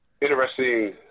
interesting